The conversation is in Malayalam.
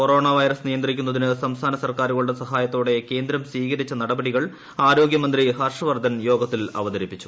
കൊറോണ വൈറസ് നിയന്ത്രിക്കുന്നതിന് സംസ്ഥാന സർക്കാരുകളുടെ സഹായത്തോടെ കേന്ദ്രം സ്വീകരിച്ച നടപടികൾ ആരോഗ്യമന്ത്രി ഹർഷ വർദ്ധൻ യോഗത്തിൽ അവതരിപ്പിച്ചു